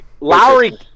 Lowry